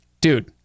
Dude